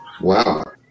Wow